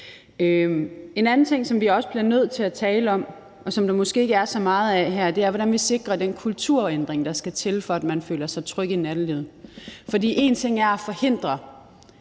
En anden ting, som vi også bliver nødt til at tale om, og som der måske ikke er så meget af her, er, hvordan vi sikrer den kulturændring, der skal til, for at man føler sig tryg i nattelivet. For én ting er at kunne